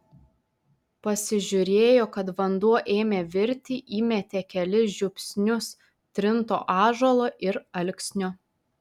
pasižiūrėjo kad vanduo ėmė virti įmetė kelis žiupsnius trinto ąžuolo ir alksnio